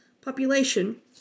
Population